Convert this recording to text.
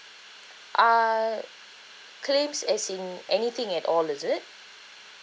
uh claims as in anything at all is it